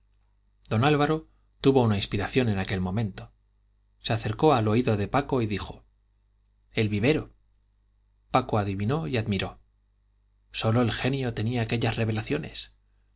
don álvaro tuvo una inspiración en aquel momento se acercó al oído de paco y dijo el vivero paco adivinó y admiró sólo el genio tenía aquellas revelaciones